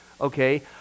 okay